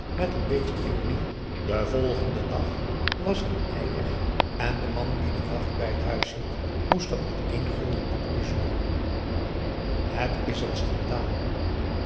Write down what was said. met een beetje ironie den volgenden dag was er een ei weg en de man die de wacht bij het huis hield moest dat met één gulden boete bezuren het is een schandaal